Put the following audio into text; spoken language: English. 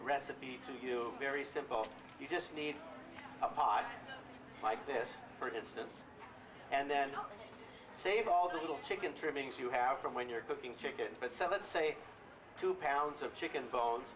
recipe to you very simple you just need a pod like this for instance and then save all the little chicken trimmings you have from when you're cooking chicken for seven say two pounds of chicken b